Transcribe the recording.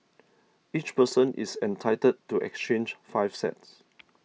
each person is entitled to exchange five sets